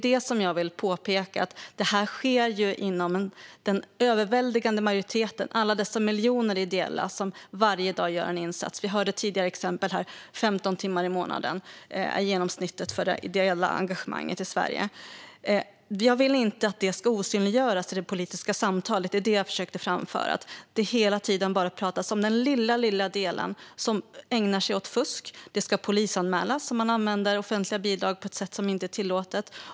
Det som jag vill påpeka är att detta sker när det gäller den överväldigande majoriteten av alla dessa miljoner ideella som varje dag gör en insats. Vi hörde tidigare här att 15 timmar i månaden är genomsnittet för det ideella engagemanget i Sverige. Jag vill inte att det ska osynliggöras i det politiska samtalet. Det var det jag försökte framföra. Det pratas hela tiden om den lilla, lilla del som ägnar sig åt fusk. Det ska polisanmälas om man använder offentliga bidrag på ett sätt som inte är tillåtet.